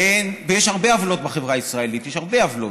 ויש הרבה עוולות בחברה הישראלית, יש הרבה עוולות,